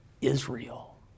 Israel